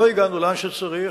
לא הגענו לאן שצריך,